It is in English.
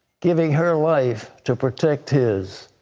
giving her life to protect his.